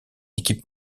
équipe